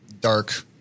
dark